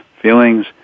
feelings